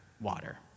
water